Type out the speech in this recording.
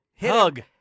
Hug